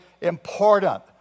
important